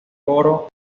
coro